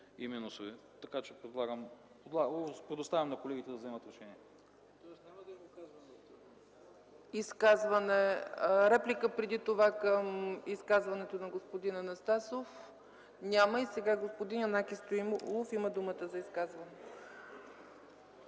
и минуси, така че предоставям на колегите да вземат решение.